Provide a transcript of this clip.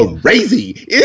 crazy